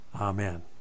Amen